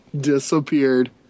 Disappeared